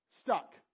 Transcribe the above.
stuck